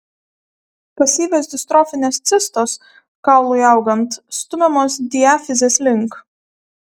pasyvios distrofinės cistos kaului augant stumiamos diafizės link